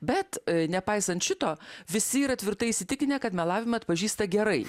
bet nepaisant šito visi yra tvirtai įsitikinę kad melavimą atpažįsta gerai